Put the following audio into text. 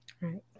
Right